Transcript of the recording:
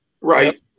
right